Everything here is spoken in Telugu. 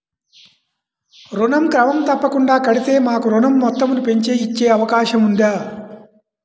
ఋణం క్రమం తప్పకుండా కడితే మాకు ఋణం మొత్తంను పెంచి ఇచ్చే అవకాశం ఉందా?